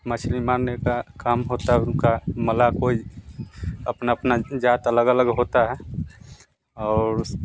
मछली मारने का काम होता उनका मलाह कोई अपना अपना जात अलग अलग होता है और